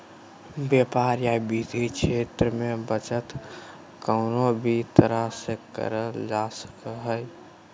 व्यापार या वित्तीय क्षेत्र मे बचत कउनो भी तरह से करल जा सको हय